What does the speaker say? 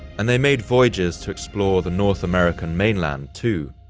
and they made voyages to explore the north american mainland too,